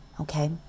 Okay